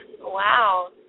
Wow